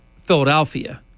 Philadelphia